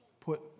put